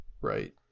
right